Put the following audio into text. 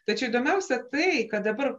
tačiau įdomiausia tai kad dabar